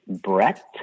brett